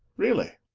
really?